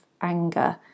anger